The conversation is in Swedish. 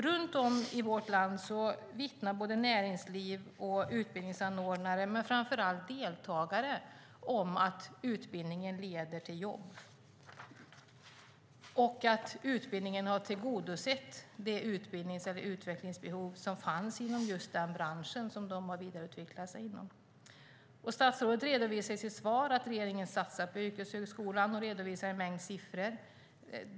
Runt om i vårt land vittnar både näringsliv och utbildningsanordnare - men framför allt deltagare - om att utbildningen leder till jobb. Den har tillgodosett det utvecklingsbehov som fanns inom just den branschen som yrkeshögskolan har vidareutvecklat sig inom. Statsrådet säger i sitt svar att regeringen satsar på yrkeshögskolan och redovisar en mängd siffror.